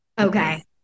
Okay